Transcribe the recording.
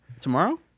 Tomorrow